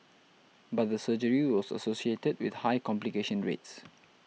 but the surgery was associated with high complication rates